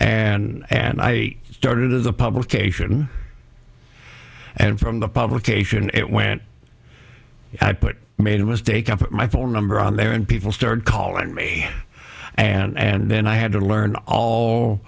and and i started as a publication and from the publication it went i put made a mistake i put my phone number on there and people started calling me and then i had to learn all